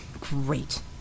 Great